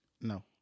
No